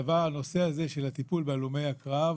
הנושא של הטיפול בהלומי הקרב